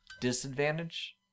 disadvantage